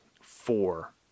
four